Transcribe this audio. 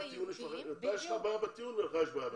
לך יש בעיה בטיעון ולך יש בעיה בטיעון.